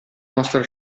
nostra